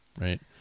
right